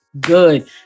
good